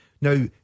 Now